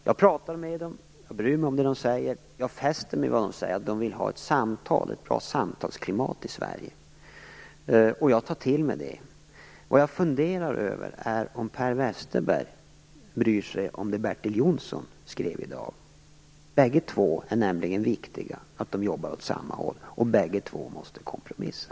Jag pratar med dem, jag bryr mig om det de säger, jag fäster mig vid vad de säger, att de vill ha ett bra samtalsklimat i Sverige, och jag tar till mig det. Vad jag funderar över är om Per Westerberg bryr sig om det Bertil Jonsson skrev i dag. Det är nämligen viktigt att dessa jobbar åt samma håll, och i båda fallen är det nödvändigt att kompromissa.